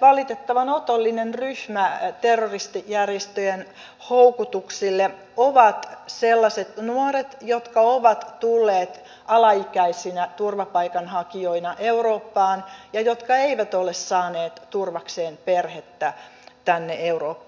valitettavan otollinen ryhmä terroristijärjestöjen houkutuksille ovat sellaiset nuoret jotka ovat tulleet alaikäisinä turvapaikanhakijoina eurooppaan ja jotka eivät ole saaneet turvakseen perhettä tänne eurooppaan